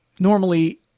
Normally